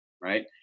right